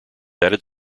added